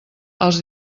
els